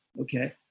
okay